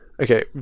Okay